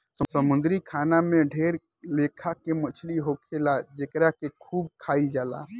समुंद्री खाना में ढेर लेखा के मछली होखेले जेकरा के खूब खाइल जाला